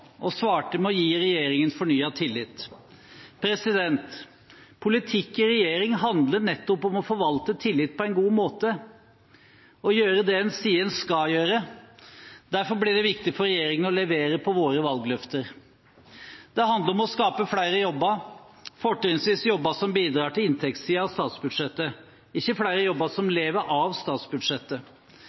og svarte med å gi regjeringen fornyet tillit. Politikk i regjering handler nettopp om å forvalte tillit på en god måte og gjøre det en sier en skal gjøre. Derfor blir det viktig for regjeringen å levere når det gjelder våre valgløfter. Det handler om å skape flere jobber, fortrinnsvis jobber som bidrar til inntektssiden av statsbudsjettet, ikke flere jobber som lever av statsbudsjettet.